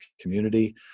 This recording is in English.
community